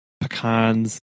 pecans